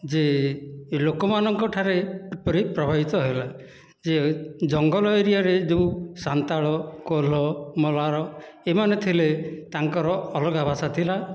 ଯେ ଲୋକମାନଙ୍କଠାରେ କିପରି ପ୍ରଭାବିତ ହେଲା ଯେ ଜଙ୍ଗଲ ଏରିଆରେ ଯେଉଁ ସାନ୍ତାଳ କଲୋ୍ହ ମଲ୍ହାର ଏମାନେ ଥିଲେ ତାଙ୍କର ଅଲଗା ଭାଷା ଥିଲା